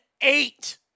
eight